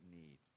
need